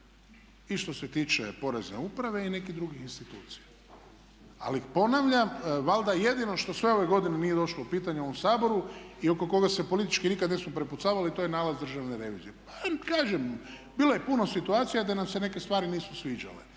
i što se tiče Porezne uprave i nekih drugih institucija. Ali ponavljam, valjda je jedino što sve ove godine nije došlo u pitanje u ovom Saboru i oko koga se politički nikad nismo prepucavali to je nalaz Državne revizije. Pa kažem, bilo je puno situacija da nam se neke stvari nisu sviđale.